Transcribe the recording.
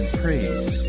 praise